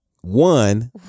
One